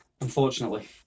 unfortunately